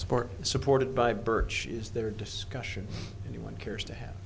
support supported by birches their discussion anyone cares to have